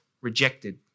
rejected